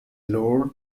lord